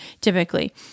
typically